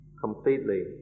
completely